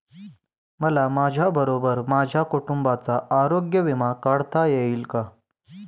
मला माझ्याबरोबर माझ्या कुटुंबाचा आरोग्य विमा काढता येईल का?